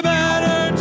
better